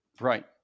Right